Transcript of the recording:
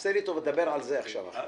עשה לי טובה, דבר על זה עכשיו, אחי.